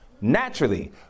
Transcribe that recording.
naturally